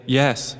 yes